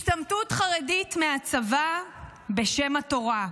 השתמטות חרדית מהצבא בשם התורה,